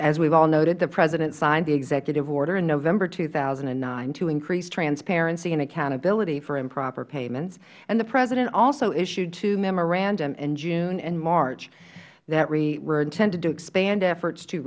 we noted the president signed the executive order in november two thousand and nine to increase transparency and accountability for improper payments and the president also issued two memoranda in june and march that were intended to expand efforts to